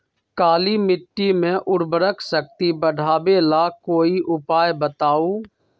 काली मिट्टी में उर्वरक शक्ति बढ़ावे ला कोई उपाय बताउ?